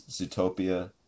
Zootopia